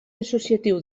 associatiu